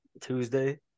Tuesday